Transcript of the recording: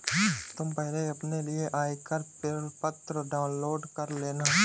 तुम पहले अपने लिए आयकर प्रपत्र डाउनलोड कर लेना